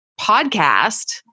podcast